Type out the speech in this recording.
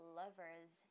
lovers